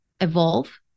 evolve